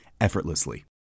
effortlessly